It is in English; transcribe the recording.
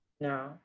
No